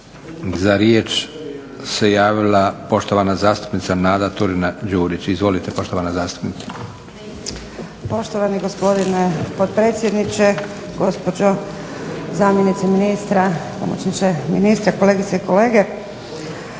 za riječ se javila poštovana zastupnica Nada Turina-Đurić. Izvolite poštovana zastupnice. **Turina-Đurić, Nada (HNS)** Poštovani gospodine potpredsjedniče, gospođo zamjenice ministra, pomoćniče ministra, kolegice i kolege.